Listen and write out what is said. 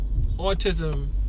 autism